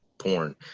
porn